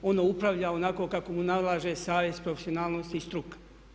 Ono upravlja onako kako mu nalaže savjest, profesionalnost i struka.